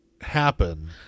happen